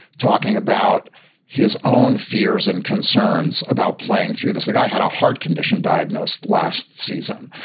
talking about his own fears and concerns about playing through this. the guy had a heart condition diagnosed last season.